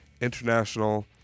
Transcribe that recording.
international